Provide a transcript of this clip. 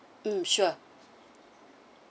mm sure